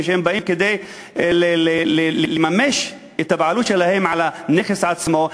כשהם באים לממש את הבעלות שלהם על הנכס עצמו,